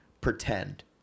pretend